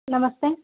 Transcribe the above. ನಮಸ್ತೆ